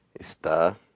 Está